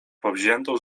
powziętą